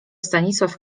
stanisław